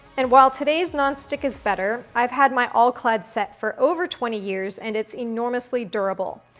and while today's nonstick is better, i've had my all-clad set for over twenty years and it's enormously durable.